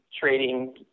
trading